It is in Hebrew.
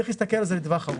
צריך להסתכל על זה לטווח ארוך.